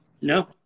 No